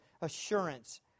assurance